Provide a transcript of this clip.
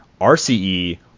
RCE